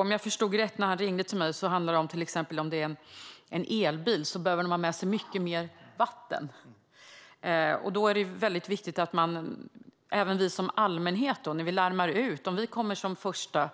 Om jag förstod saken rätt när han ringde mig handlar det till exempel om att om det gäller en elbil måste man ha med sig mycket mer vatten. Det är därför viktigt att även vi som allmänhet, till exempel ministern och jag, om vi kommer först till